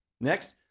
Next